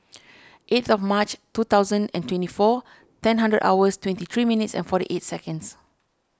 eighth of March two thousand and twenty four ten hundred hours twenty three minutes and forty eight seconds